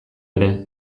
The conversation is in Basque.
ere